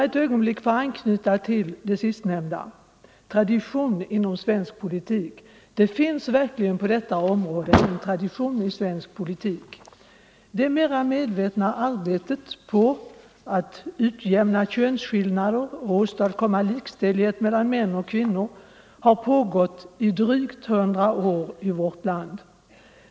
49 Med anknytning till detta sistnämnda vill jag framhålla att här verkligen finns en tradition inom svensk politik. Det mera medvetna arbetet på att utjämna könsskillnader och åstadkomma likställighet mellan män och kvinnor har pågått i drygt hundra år i vårt land.